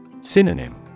Synonym